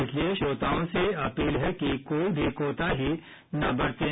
इसलिए श्रोताओं से अपील है कि कोई भी कोताही न बरतें